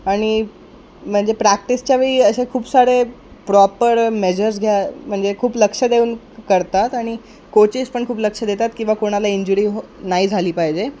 आणि म्हणजे प्रॅक्टिसच्या वेळी असे खूप सारे प्रॉपर मेजर्स घ्या म्हणजे खूप लक्ष देऊन करतात आणि कोचेस पण खूप लक्ष देतात किंवा कोणाला इंजुरी हो ना नाही झाली पाहिजे